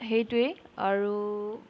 সেইটোৱেই আৰু